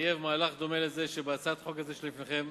מחייב מהלך דומה לזה שבהצעת חוק זו שלפניכם.